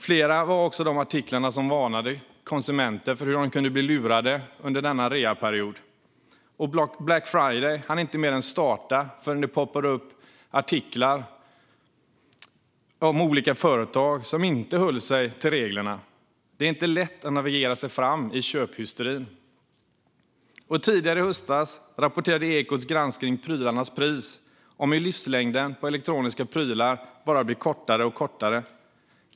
Flera var också de artiklar som varnade för att konsumenter kunde bli lurade under denna reaperiod, och Black Friday hann inte mer än starta förrän det poppade upp artiklar om olika företag som inte höll sig till reglerna. Det är inte lätt att navigera sig fram i köphysterin. Tidigare i höstas rapporterade Ekots granskning Prylarnas pris om hur livslängden på elektroniska prylar bara blir kortare och kortare.